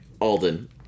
Alden